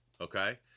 Okay